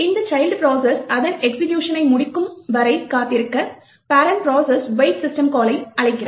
இந்த child process அதன் எக்சிகியூஷனை முடிக்கும் வரை காத்திருக்க ப்ரெண்ட் ப்ரோசஸ் wait சிஸ்டம் கால்லை அழைக்கிறது